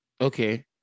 Okay